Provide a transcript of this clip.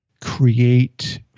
create